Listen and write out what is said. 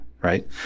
Right